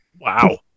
Wow